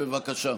בבקשה,